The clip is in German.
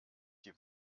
die